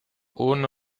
ohne